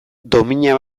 domina